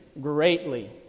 greatly